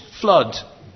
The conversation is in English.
flood